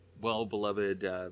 well-beloved